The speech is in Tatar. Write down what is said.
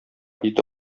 ите